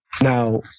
Now